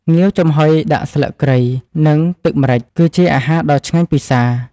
ងាវចំហុយដាក់ស្លឹកគ្រៃ និងទឹកម្រេច គឺជាអាហារដ៏ឆ្ងាញ់ពិសា។